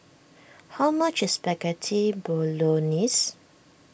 how much is Spaghetti Bolognese